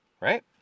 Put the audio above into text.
right